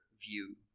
view